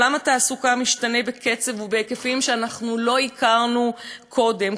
עולם התעסוקה משתנה בקצב ובהיקפים שאנחנו לא הכרנו קודם.